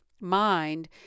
mind